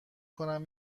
کنم